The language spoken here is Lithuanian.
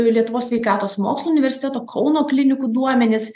lietuvos sveikatos mokslų universiteto kauno klinikų duomenis